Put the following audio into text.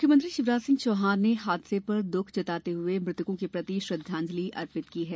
मुख्यमंत्री शिवराज सिंह चौहान ने हादसे पर दुख व्यक्त करते हुए मृतकों के प्रति श्रद्धांजलि अर्पित की है